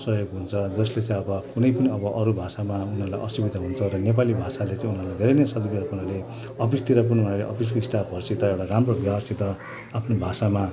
सहयोग हुन्छ जसले चाहिँ अब कुनै पनि अब अरू भाषामा उनीहरूलाई असुविधा हुन्छ र नेपाली भाषाले चाहिँ उनीहरूले धेरै नै सहज गरेको हुनाले अफिसतिर पनि उनीहरूले अफिसको स्टाफहरूसित एउटा राम्रो व्यवहारसित आफ्नो भाषामा